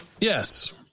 Yes